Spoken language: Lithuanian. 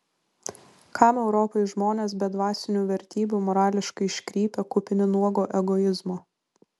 kam europai žmonės be dvasinių vertybių morališkai iškrypę kupini nuogo egoizmo